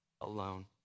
alone